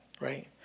right